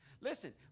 Listen